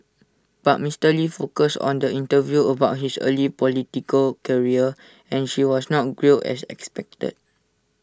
but Mister lee focused on the interview about his early political career and she was not grilled as expected